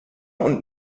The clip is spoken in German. und